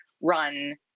run